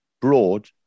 Broad